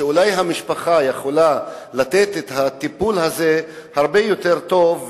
שאולי המשפחה יכולה לתת את הטיפול הזה הרבה יותר טוב,